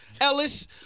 Ellis